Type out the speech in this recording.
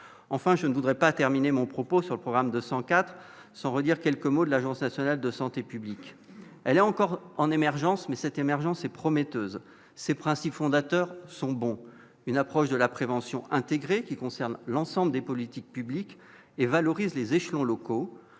enfin, je ne voudrais pas terminer mon propos sur le programme de 104 100 redire quelques mots de l'Agence nationale de santé publique L à encore, en émergence, mais cette émergence et prometteuse ces principes fondateurs sont bons, une approche de la prévention intégrée qui concernent l'ensemble des politiques publiques et valorise les échelons locaux